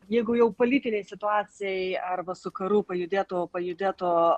jeigu jau politinei situacijai arba su karu pajudėtų pajudėtų